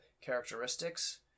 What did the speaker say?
characteristics